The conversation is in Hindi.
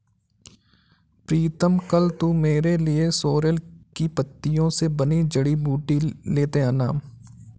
प्रीतम कल तू मेरे लिए सोरेल की पत्तियों से बनी जड़ी बूटी लेते आना